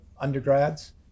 undergrads